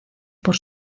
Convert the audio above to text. por